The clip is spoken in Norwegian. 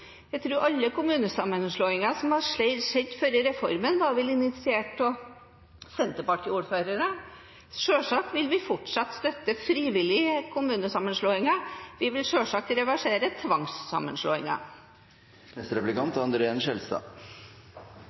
Jeg tror alle kommunesammenslåinger som har skjedd før reformen, var initiert av senterpartiordførere. Selvsagt vil vi fortsatt støtte frivillige kommunesammenslåinger, og vi vil selvsagt reversere